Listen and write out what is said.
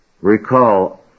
Recall